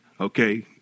Okay